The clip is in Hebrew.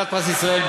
כלת פרס ישראל,